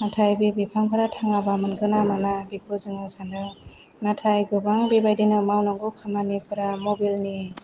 नाथाय बे बिफांफ्रा थाङाबा मोनगोन ना मोना बेखौ जोङो सानदों नाथाय बेबादिनो गोबां खामानि मावनांगौफोरा मुबाइलनि